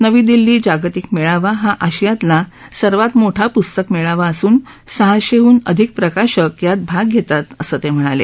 नवी दिल्ली जागतिक मेळावा हा आशियातला सर्वात मोठा मेळावा असून सहाशेहून अधिक प्रकाशक यात भाग घेतात असं ते म्हणाले